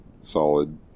Solid